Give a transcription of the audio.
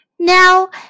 Now